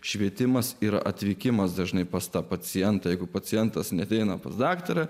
švietimas ir atvykimas dažnai pas tą pacientą jeigu pacientas neateina pas daktarą